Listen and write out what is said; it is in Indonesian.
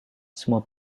semua